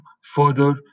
further